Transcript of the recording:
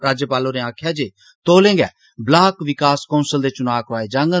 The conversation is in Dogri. राज्यपाल होरें आक्खेआ जे तौले गे ब्लाक विकास कौंसल दे चुनां करौआए जाङन